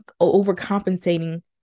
overcompensating